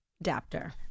adapter